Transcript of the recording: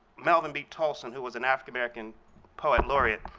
melvin b. tolson, who was an african-american poet laureate,